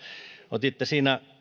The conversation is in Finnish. otitte siinä